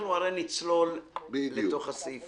אנחנו הרי נצלול לתוך הסעיפים.